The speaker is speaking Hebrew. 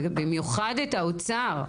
במיוחד את האוצר,